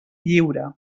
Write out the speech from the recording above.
lliure